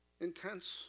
intense